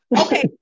Okay